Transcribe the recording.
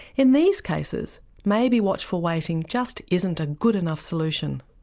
in these cases maybe watchful waiting just isn't a good enough solution.